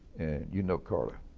you know carter,